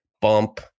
bump